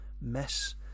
Mess